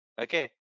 Okay